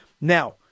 Now